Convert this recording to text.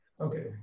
Okay